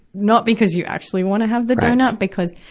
not because you actually wanna have the doughnut, because,